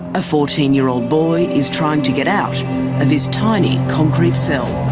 a fourteen year old boy is trying to get out of his tiny concrete cell.